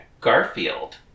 Garfield